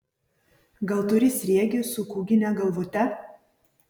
gal turi sriegį su kūgine galvute